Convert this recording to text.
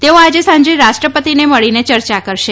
તેઓ આજે સાંજે રાષ્ટ્રપતિને મળીને ચર્ચા કરશે